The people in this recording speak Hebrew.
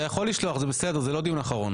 אתה יכול לשלוח בסדר זה לא דיון אחרון